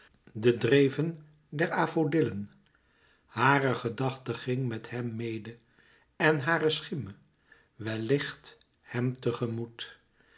de dreven der affodillen hare gedachte ging met hem mede en hare schimme wellicht hem